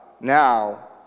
now